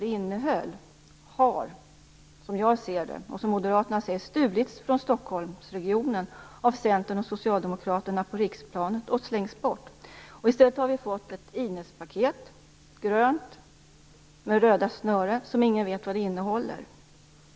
Det har, som jag ser det och som Moderaterna ser det, stulits från Stockholmsregionen av Centern och Socialdemokraterna på riksplanet och slängts bort. I stället har vi fått ett Inespaket, grönt med röda snören, och ingen vet vad det innehåller.